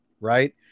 Right